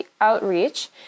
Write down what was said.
outreach